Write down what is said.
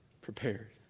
prepared